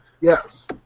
Yes